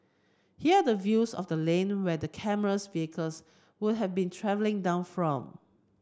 here the view of the lane where the camera's vehicles would've been travelling down from